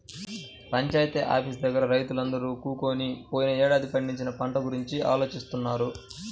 panchayat office దగ్గర రైతులందరూ కూకొని పోయినేడాది పండించిన పంట గురించి ఆలోచిత్తన్నారు